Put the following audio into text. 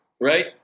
right